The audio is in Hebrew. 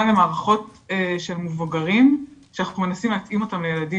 למערכות של מבוגרים שאנחנו מנסים להתאים אותן לילדים,